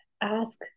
ask